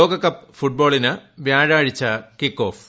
ലോകക്കപ്പ് ഫുട്ബോളിന് വ്യാഴാഴ്ച കിക്കോഫ്